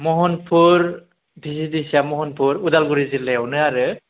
महनफुर भिसिडिसिआ महनफुर उदालगुरि जिल्लायावनो आरो